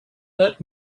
let